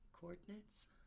Coordinates